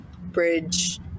bridge